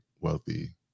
wealthy